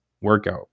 workout